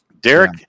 Derek